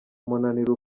umunaniro